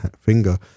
finger